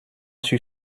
sur